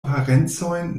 parencojn